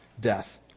death